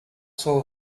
saw